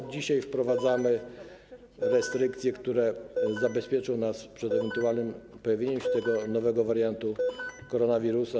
Dzisiaj wprowadzamy restrykcje, które zabezpieczą nas przed ewentualnym pojawieniem się tego nowego wariantu koronawirusa.